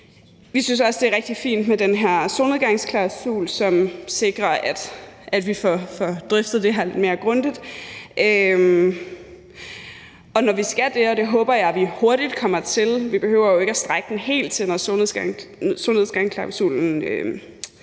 Vi synes også, det er rigtig fint med den her solnegangsklausul, som sikrer, at vi får drøftet det her lidt mere grundigt, og når vi skal det – og det håber jeg vi hurtigt kommer til; vi behøver jo ikke at strække den helt til, når solnedgangsklausulen